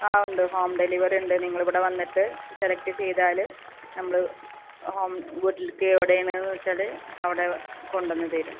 ആ ഉണ്ട് home delivery ഉണ്ട് നിങ്ങളിവിടെ വന്നിട്ട് സെലക്ട് ചെയ്താൽ നമ്മൾ ഹോം വീട്ടിലേക്ക് എവിടെയാണെന്ന് വെച്ചാൽ അവിടെ കൊണ്ട് വന്ന് തരും